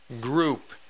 group